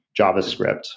JavaScript